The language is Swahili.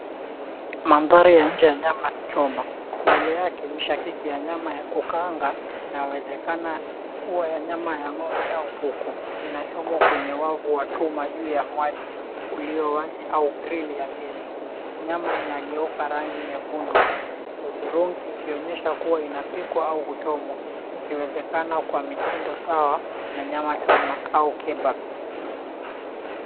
Mandhari ya nje ya nyama choma. Mbele yake mishakiki ya nyama ya kukaanga, inawezekana kuwa ya nyama ya ng'ombe au kuku, inachomwa kwenye wavu watumwa juu ya mwali ulio wazi au grilli ya gesi. Nyama inageuka rangi nyekundu, hudhurungi ikionyesha kuwa inapikwa au kuchomwa, ikiwezekana kwa mitindo sawa na nyama choma au kebabs .